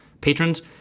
patrons